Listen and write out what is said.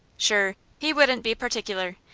shure, he wouldn't be particular.